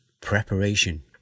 preparation